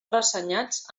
ressenyats